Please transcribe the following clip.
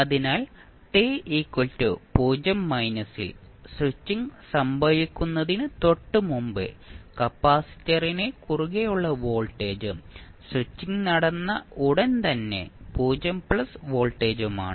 അതിനാൽ t 0 ൽ switching സംഭവിക്കുന്നതിന് തൊട്ടുമുമ്പ് കപ്പാസിറ്ററിന് കുറുകെയുള്ള വോൾട്ടേജും സ്വിച്ചിംഗ് നടന്ന ഉടൻ തന്നെ 0 പ്ലസ് വോൾട്ടേജുമാണ്